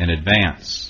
in advance